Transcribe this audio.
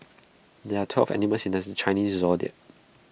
there are twelve animals in does the Chinese Zodiac